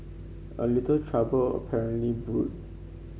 a little trouble apparently brewed